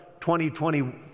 2020